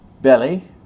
belly